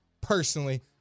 Personally